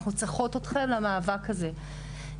ואנחנו צריכות אתכן למאבק הזה.